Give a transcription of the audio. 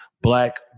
black